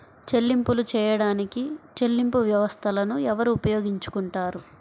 చెల్లింపులు చేయడానికి చెల్లింపు వ్యవస్థలను ఎవరు ఉపయోగించుకొంటారు?